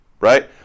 right